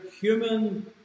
human